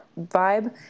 vibe